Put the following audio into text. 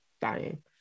dying